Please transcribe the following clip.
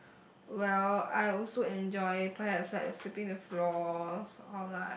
well I also enjoy perhaps like sweeping the floor or like